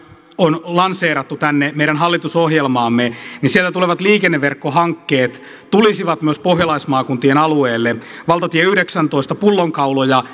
on lanseerattu tänne meidän hallitusohjelmaamme tulevat liikenneverkkohankkeet tulisivat myös pohjalaismaakuntien alueelle että valtatie yhdeksäntoista pullonkauloja